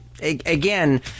again